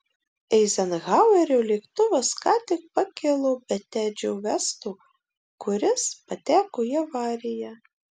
eizenhauerio lėktuvas ką tik pakilo be tedžio vesto kuris pateko į avariją